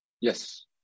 Yes